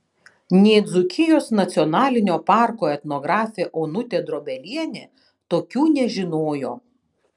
nė dzūkijos nacionalinio parko etnografė onutė drobelienė tokių nežinojo